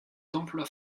d’emplois